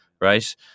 right